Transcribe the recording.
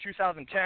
2010